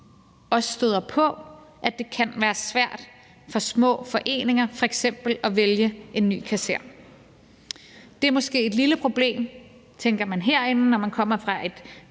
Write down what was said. også støder på, at det kan være svært for små foreninger f.eks. at vælge en ny kasserer. Det er måske et lille problem, tænker man herinde, når man kommer fra et